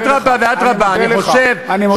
ואדרבה ואדרבה, אני חושב, אני מודה לך.